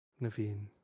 naveen